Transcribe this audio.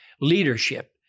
leadership